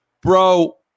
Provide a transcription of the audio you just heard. Bro